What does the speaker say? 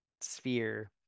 sphere